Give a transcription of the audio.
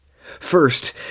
First